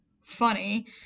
funny